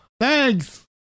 Thanks